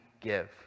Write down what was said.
give